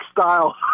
style